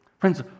Friends